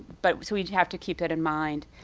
but so we'd have to keep it in mind.